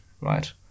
Right